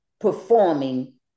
performing